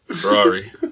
Ferrari